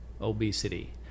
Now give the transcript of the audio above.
obesity